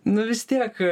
nu vis tiek